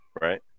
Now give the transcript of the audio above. right